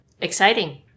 Exciting